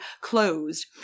closed